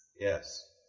Yes